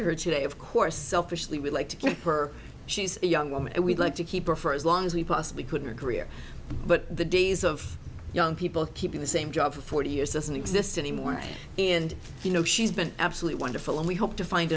to her today of course selfishly we'd like to keep her she's a young woman and we'd like to keep her for as long as we possibly could her career but the days of young people keeping the same job for forty years doesn't exist anymore and you know she's been absolutely wonderful and we hope to find